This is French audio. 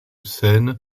scène